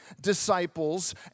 disciples